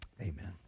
amen